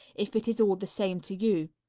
if it is all the same to you.